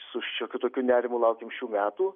su šiokiu tokiu nerimu laukėm šių metų